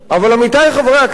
עמיתי חברי הכנסת,